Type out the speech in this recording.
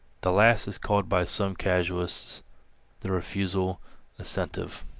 the last is called by some casuists the refusal assentive.